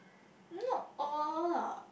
not all lah